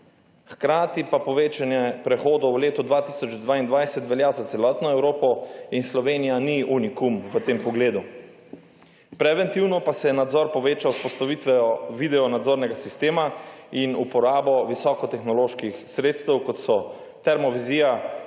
Hkrati pa povečanje prehodov v letu 2022 velja za celotno Evropo in Slovenija ni unikum v tem pogledu. Preventivno pa se je nadzor povečal z vzpostavitvijo video nadzornega sistema in uporabo visokotehnoloških sredstev, kot so termovizija